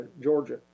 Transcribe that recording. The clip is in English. Georgia